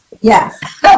Yes